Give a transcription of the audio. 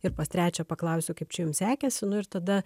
ir pas trečią paklausiu kaip čia jums sekėsi nu ir tada